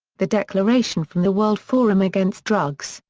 the declaration from the world forum against drugs,